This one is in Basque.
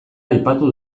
aipatu